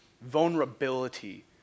vulnerability